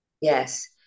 Yes